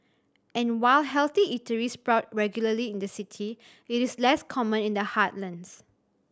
and while healthy eateries sprout regularly in the city it is less common in the heartlands